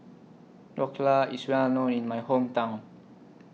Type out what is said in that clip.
Dhokla IS Well known in My Hometown